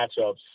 matchups